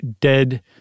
dead